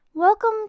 Welcome